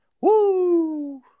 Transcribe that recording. woo